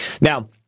Now